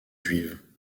juive